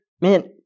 Man